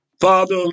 Father